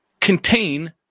contain